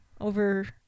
over